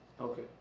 Okay